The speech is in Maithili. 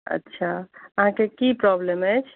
अच्छा अहाँके की प्रॉब्लम अइ